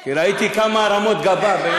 כי ראיתי כמה הרמות גבה.